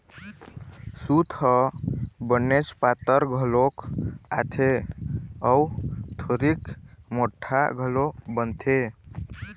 सूत ह बनेच पातर घलोक आथे अउ थोरिक मोठ्ठा घलोक बनथे